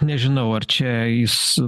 nežinau ar čia jis